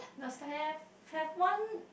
have have one